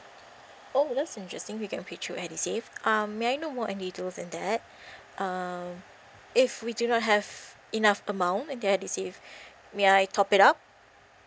oh that's interesting we can pay through edusave um may I know more in details on that um if we do not have enough amount in the edusave may I top it up